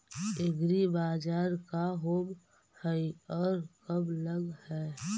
एग्रीबाजार का होब हइ और कब लग है?